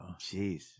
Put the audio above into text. Jeez